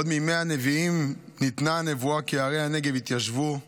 עוד מימי הנביאים ניתנה הנבואה כי ערי הנגב יתיישבו.